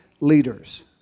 leaders